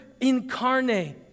incarnate